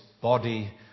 body